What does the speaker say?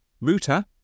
Router